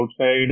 outside